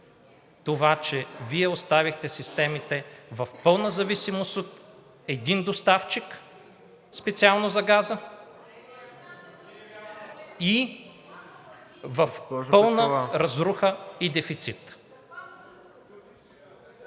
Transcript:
че Вие оставихте системите в пълна зависимост от един доставчик, специално за газа, и пълна разруха и дефицит.